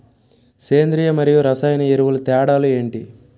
సేంద్రీయ మరియు రసాయన ఎరువుల తేడా లు ఏంటి?